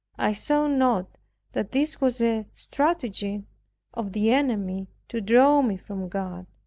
i saw not that this was a stratagem of the enemy to draw me from god,